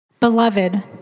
Beloved